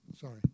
Sorry